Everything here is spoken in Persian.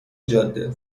جاده